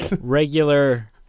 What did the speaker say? regular